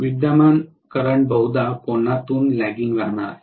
विद्यमान करंट बहुधा कोनातून लागगिंग राहणार आहे